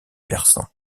persan